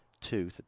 Two